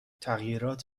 تغییرات